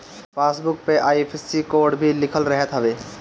passbook पअ IFSC code भी लिखल रहत हवे